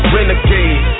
Renegade